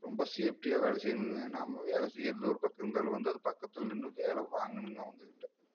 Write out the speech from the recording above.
ரொம்ப சேஃப்டியாக வேலை செய்யணுங்க நாம் வேலை செய்கிறது ஒரு பக்கம் இருந்தாலும் வந்து அது பக்கத்தில் நின்று வேலை வாங்கணும்ங்க அவங்கக்கிட்ட